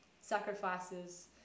sacrifices